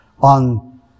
on